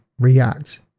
react